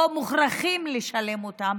או מוכרחים לשלם עליהם,